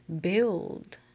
build